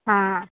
ହଁ